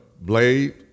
Blade